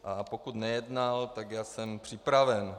A pokud nejednal, tak já jsem připraven.